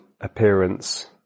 appearance